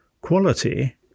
quality